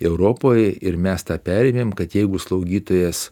europoj ir mes tą perėmėm kad jeigu slaugytojas